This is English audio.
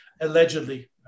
allegedly